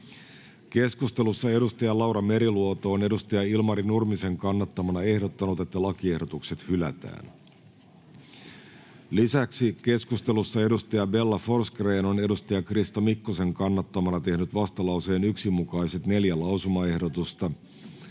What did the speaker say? Keskustelussa Laura Meriluoto on Ilmari Nurmisen kannattamana ehdottanut, että lakiehdotukset hylätään. Lisäksi keskustelussa Bella Forsgrén on Krista Mikkosen kannattamana tehnyt vastalauseen 1 mukaiset neljä lausumaehdotusta